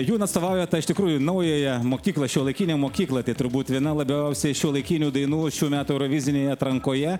juna atstovauja tą iš tikrųjų naująją mokyklą šiuolaikinę mokyklą tai turbūt viena labiausiai šiuolaikinių dainų šių metų eurovizinėje atrankoje